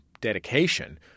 dedication